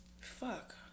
fuck